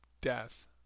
death